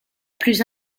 plus